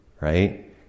right